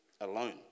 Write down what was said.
alone